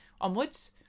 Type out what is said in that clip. onwards